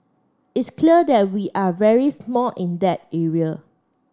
it's clear that we are very small in that area